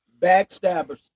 Backstabbers